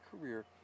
career